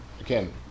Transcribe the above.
again